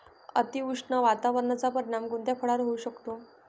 अतिउष्ण वातावरणाचा परिणाम कोणत्या फळावर होऊ शकतो?